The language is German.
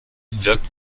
wirkt